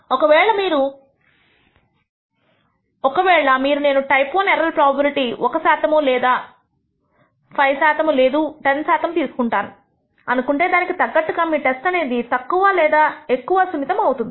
ఒకవేళ మీరు నేను టైప్ I ఎర్రర్ ప్రోబబిలిటీ ఒక శాతము లేదా 5 శాతము లేదు10 శాతము తీసుకుంటాను అనుకుంటే దానికి తగ్గట్టుగా మీ టెస్ట్ అనేది తక్కువ లేదా ఎక్కువ సున్నితము అవుతుంది